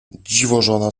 dziwożona